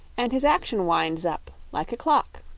and his action winds up like a clock.